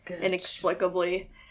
inexplicably